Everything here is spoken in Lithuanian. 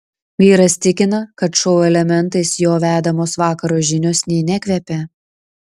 vyras tikina kad šou elementais jo vedamos vakaro žinios nė nekvepia